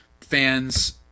Fans